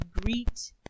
greet